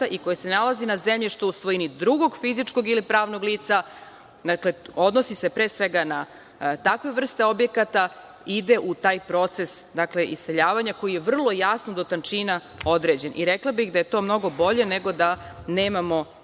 i koji se nalazi na zemljištu u svojini drugog fizičkog ili pravnog lica“, dakle, odnosi se, pre svega, na takve vrste objekata, ide u taj proces iseljavanja, koji je vrlo jasno, do tančina određen. I rekla bih da je to mnogo bolje nego da nije